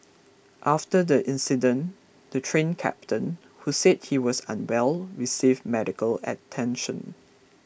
after the incident the Train Captain who said he was unwell received medical attention